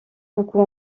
beaucoup